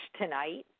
tonight